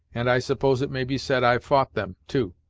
and i suppose it may be said i've fou't them, too.